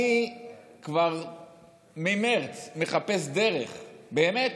אני כבר ממרץ מחפש באמת